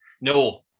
No